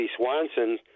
Swanson